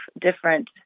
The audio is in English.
different